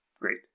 Great